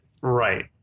Right